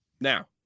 Now